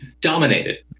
dominated